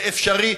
זה אפשרי,